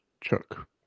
chuck